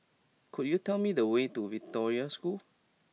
could you tell me the way to Victoria School